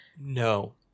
No